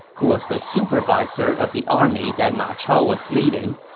who was the supervisor of the army that ma chao was leading.